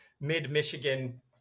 mid-Michigan